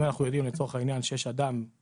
אם אנחנו יודעים לצורך העניין שיש מפעיל